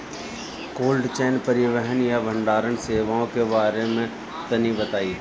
Cold chain परिवहन या भंडारण सेवाओं के बारे में तनी बताई?